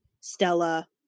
Stella